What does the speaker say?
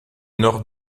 nord